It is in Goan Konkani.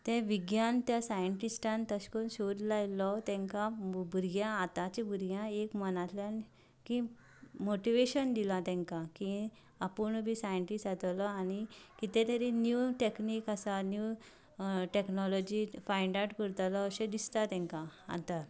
तें विज्ञान त्या सायनटिस्टान तशें करून शोध लायिल्लो तांकां भुरग्यांक आतांच्या भुरग्यांक एक मनांतल्यान की मोटिवेशन दिलां तांकां की आपूण बी सायन्टिस्ट जातलो आनी कितें तरी न्यू टॅक्निक आसा न्यू टॅक्नोलोजी फायंड आवट करतलो अशें दिसता तांकां आतां